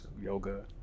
yoga